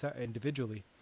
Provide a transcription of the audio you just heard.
Individually